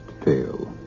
tale